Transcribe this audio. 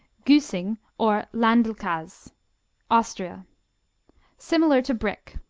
gussing, or land-l-kas austria similar to brick.